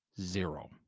zero